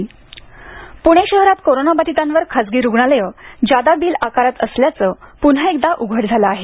जादा बिल पुणे शहरात कोरोनाबाधितांवर खासगी रुग्णालयं जादा बिल आकारत असल्याचं पुन्हा एकदा उघड झालं आहे